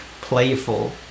playful